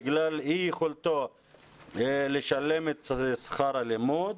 בגלל אי יכולתו לשלם את שכר הלימוד,